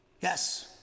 Yes